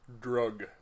Drug